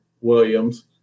Williams